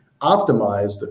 optimized